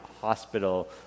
hospital